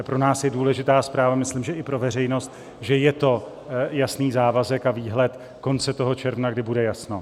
Pro nás je důležitá zpráva myslím, že i pro veřejnost že je to jasný závazek a výhled konce toho června, kdy bude jasno.